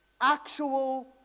actual